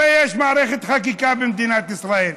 הרי יש מערכת חקיקה במדינת ישראל.